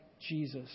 Jesus